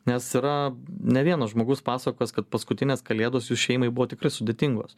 nes yra ne vienas žmogus pasakos kad paskutinės kalėdos jų šeimai buvo tikrai sudėtingos